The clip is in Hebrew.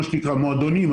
מה שנקרא מועדונים,